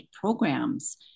programs